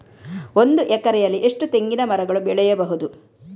ಒಂದು ಎಕರೆಯಲ್ಲಿ ಎಷ್ಟು ತೆಂಗಿನಮರಗಳು ಬೆಳೆಯಬಹುದು?